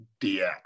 dx